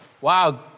wow